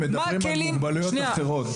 הם מדברים על מוגבלויות אחרות.